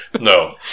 No